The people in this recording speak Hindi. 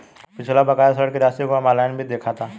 पिछला बकाया ऋण की राशि को हम ऑनलाइन भी देखता